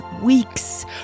weeks